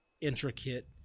intricate